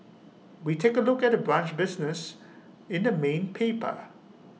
we take A look at the brunch business in the main paper